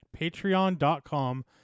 patreon.com